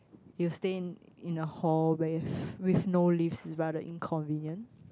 you stay in a hall where with no lifts is rather inconvenient